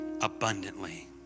abundantly